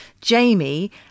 Jamie